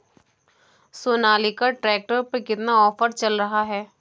Sonalika tractor पर कितना offer चल रहा है?